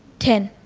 ten.